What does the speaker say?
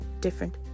different